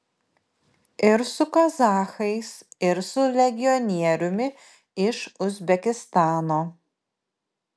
ir su kazachais ir su legionieriumi iš uzbekistano